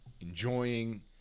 enjoying